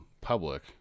public